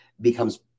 becomes